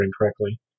correctly